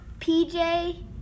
PJ